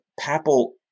papal